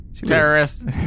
terrorist